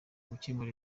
gukemura